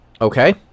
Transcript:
Okay